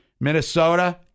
minnesota